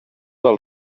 del